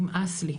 נמאס לי,